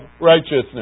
righteousness